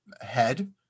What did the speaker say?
head